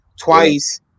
twice